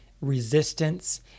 resistance